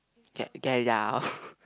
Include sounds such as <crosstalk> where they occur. get get it out <laughs>